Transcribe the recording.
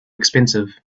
expensive